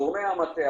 גורמי המטה,